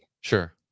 sure